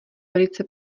velice